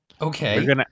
Okay